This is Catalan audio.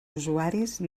usuaris